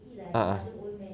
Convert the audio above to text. a'ah